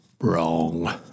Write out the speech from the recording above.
wrong